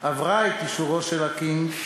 עברה את אישורו של הקינג,